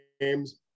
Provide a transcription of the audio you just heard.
games